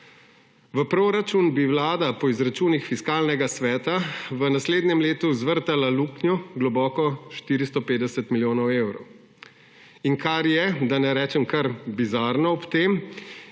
V proračun bi Vlada po izračunih Fiskalnega sveta v naslednjem letu zvrtala luknjo, globoko 450 milijonov evrov. In kar je ob tem, da ne rečem kar bizarno, je